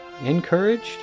encouraged